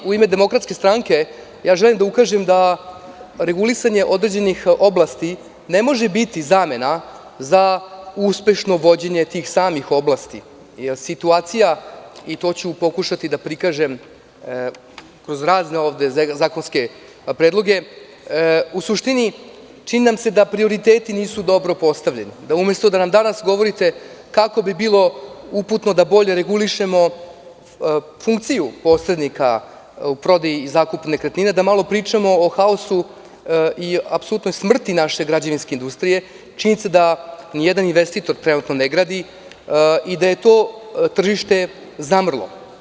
U ime DS želim da ukažem da regulisanje određenih oblasti ne može biti zamena za uspešno vođenje tih samih oblasti, jer situacija, i to ću pokušati da prikažem kroz razne zakonske predloge, u suštini čini nam se da prioriteti nisu dobro postavljeni, da umesto da nam danas govorite kako bi bilo uputno da bolje regulišemo funkciju posrednika u prodaji i zakupu nekretnina, da malo pričamo o haosu i apsolutnoj smrti naše građevinske industrije, jer je činjenica da nijedan investitor trenutno ne gradi i da je to tržište zamrlo.